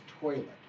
toilet